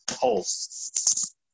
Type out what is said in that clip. holes